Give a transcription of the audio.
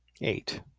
Eight